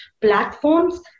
platforms